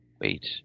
Wait